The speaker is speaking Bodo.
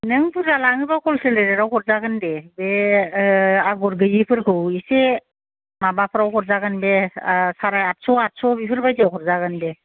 नों बुरजा लाङोबा हल सेलै रेतयाव हरजागोन दे बे आगर गैयैफोरखौ एसे माबाफ्राव हरजागोन बे साराय आतस' आतस' बिफोरबायदियाव हरजागोन बे